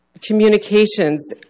communications